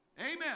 Amen